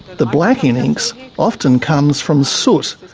the black in inks often comes from soot,